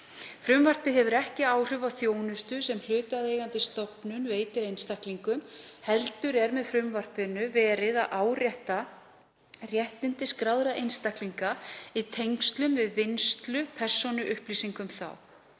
Frumvarpið hefur ekki áhrif á þjónustu sem hlutaðeigandi stofnun veitir einstaklingum heldur er með frumvarpinu verið að árétta réttindi skráðra einstaklinga í tengslum við vinnslu persónuupplýsinga um þá.